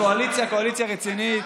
הקואליציה היא קואליציה רצינית,